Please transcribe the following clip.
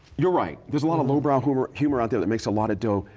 you're right, there is a lot of low brow humor humor out there that makes a lot of dough.